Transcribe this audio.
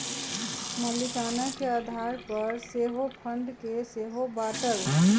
मलीकाना के आधार पर सेहो फंड के सेहो बाटल